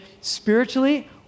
spiritually